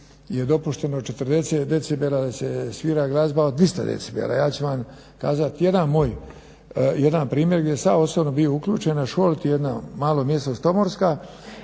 je dopušteno 40 decibela da se svira glazba od 300 decibela. Ja ću vam kazati primjer gdje sam ja osobno bio uključen. Na Šolti malo jedno mjesto Stomorska,